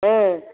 ಹ್ಞೂ